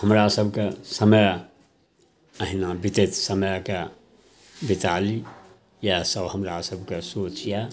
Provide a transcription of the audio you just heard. हमरासभके समय एहिना बितैत समयके बितालीमे इएहसब हमरासभके सोच यऽ